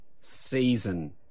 Season